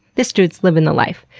this dude's livin' the life.